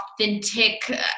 authentic